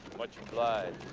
much obliged.